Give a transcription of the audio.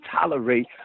tolerate